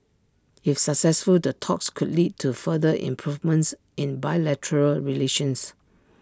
if successful the talks could lead to further improvements in bilateral relations